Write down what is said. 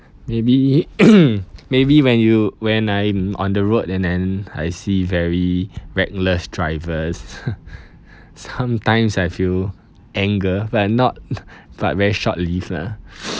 maybe maybe when you when I'm on the road and then I see very reckless drivers sometimes I feel anger but not but very short lived lah